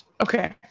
Okay